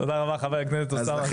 תודה רבה חבר הכנסת אוסאמה.